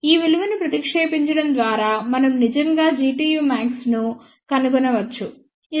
ఈ విలువలను ప్రతిక్షేపించడం ద్వారా మనం నిజంగా Gtu max ను కనుగొనవచ్చు ఇది 11